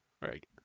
right